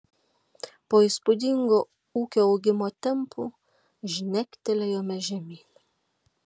po įspūdingo ūkio augimo tempų žnektelėjome žemyn